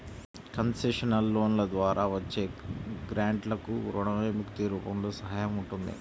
concessional లోన్ల ద్వారా వచ్చే గ్రాంట్లకు రుణ విముక్తి రూపంలో సహాయం ఉంటుంది